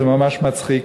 זה ממש מצחיק.